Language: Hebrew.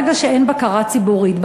ברגע שאין בקרה ציבורית,